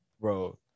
Bro